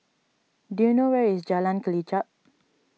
do you know where is Jalan Kelichap